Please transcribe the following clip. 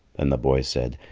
then the boy said,